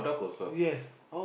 yes